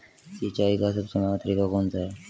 सिंचाई का सबसे महंगा तरीका कौन सा है?